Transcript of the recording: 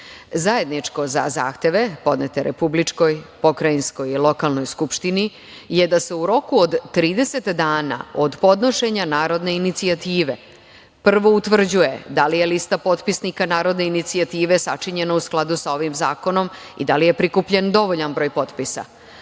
za zahteve podnete republičkoj, pokrajinskoj i lokalnoj skupštini je da se u roku od 30 dana od podnošenja narodne inicijative prvo utvrđuje da li je lista potpisnika narodne inicijative sačinjena u skladu sa ovim zakonom i da li je prikupljen dovoljan broj potpisa. Proveru